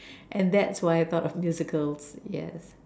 and that's why I thought of musicals yes